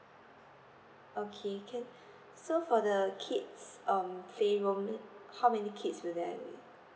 okay can so for the kids um play room how many kids will there be